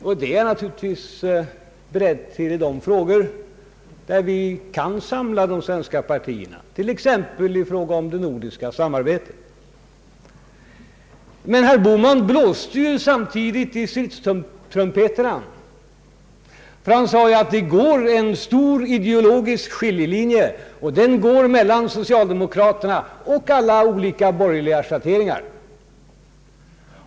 Det är jag naturligtvis beredd till i de frågor där vi kan samla de svenska partierna, t.ex. när det gäller det nordiska samarbetet. Men herr Bohman blåste samtidigt i stridstrumpeten. Han sade att det går en stor ideologisk skiljelinje mellan socialdemokraterna och alla olika borgerliga schatteringar.